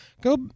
go